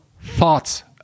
thoughts